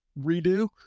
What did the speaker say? redo